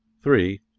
three.